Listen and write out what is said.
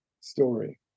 story